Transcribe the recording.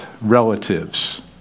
relatives